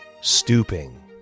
Stooping